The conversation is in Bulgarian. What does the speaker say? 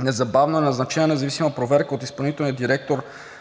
Незабавно е назначена независима проверка от изпълнителния директор